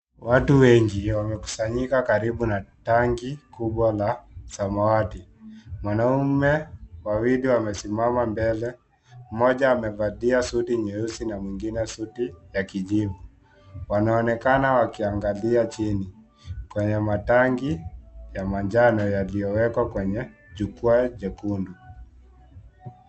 Watu wengi wamekusanyika karibu na tangi, kubwa la, samawati, wanaume wawili wamesimama mbele, mmoja amevalia suti nyeusi na mwingine, ya kijivu, wanaonekana wakiangalia chini, kwenye matangi, ya manjano yaliyowekwa kwenye jukwaa jekundu.